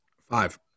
Five